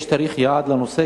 יש תאריך יעד לנושא?